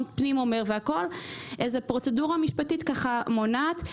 פנים תומך יש איזו פרוצדורה משפטית שמונעת.